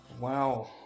Wow